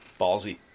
Ballsy